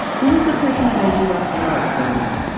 who was the person that made you laugh the most, growing up?